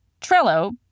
Trello